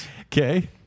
Okay